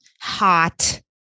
hot